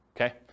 okay